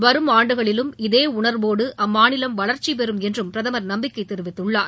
வரும் ஆண்டுகளிலும் இதே உணர்வோடு அம்மாநிலம் வளர்ச்சி பெரும் என்றும் பிரதமர் நம்பிக்கை தெரிவித்துள்ளார்